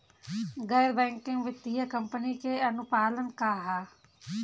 गैर बैंकिंग वित्तीय कंपनी के अनुपालन का ह?